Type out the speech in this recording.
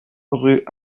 rue